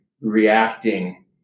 reacting